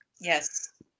Yes